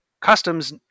customs